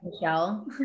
Michelle